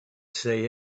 say